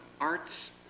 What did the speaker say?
arts